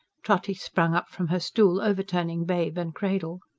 trotty sprang up from her stool, overturning babe and cradle.